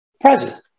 President